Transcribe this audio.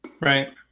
Right